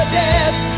death